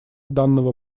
данного